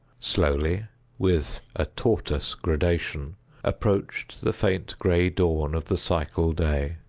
slowly with a tortoise gradation approached the faint gray dawn of the psychal day.